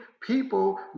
people